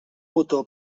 botó